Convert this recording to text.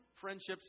friendships